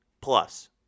plus